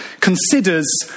considers